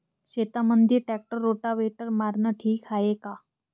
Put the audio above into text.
शेतामंदी tractor rotavator मारनं ठीक हाये का?